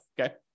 okay